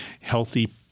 healthy